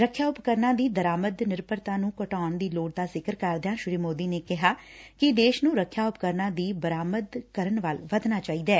ਰੱਖਿਆ ਉਪਰਕਰਨਾਂ ਦੀ ਦਰਾਮਦ ਨਿਰਭਰਤਾ ਨੂੰ ਘਟਾਊਣ ਦੀ ਲੋਤ ਦਾ ਸ਼ਿਕਰ ਕਰਦਿਆਂ ਸ੍ਰੀ ਸੋਦੀ ਨੇ ਕਿਹਾ ਕਿ ਦੇਸ਼ ਨੂੰ ਰਖਿਆ ਉਪਕਰਨਾਂ ਦੀ ਬਰਾਮਦ ਕਰਨ ਵੱਲ ਵਧਣਾ ਚਾਹੀਦੈ